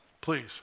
please